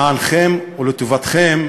למענכם ולטובתכם,